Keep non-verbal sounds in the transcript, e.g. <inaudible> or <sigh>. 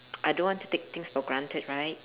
<noise> I don't want to take things for granted right